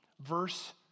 verse